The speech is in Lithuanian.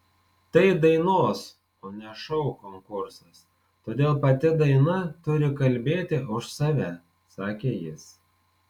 tai dainos o ne šou konkursas todėl pati daina turi kalbėti už save sakė jis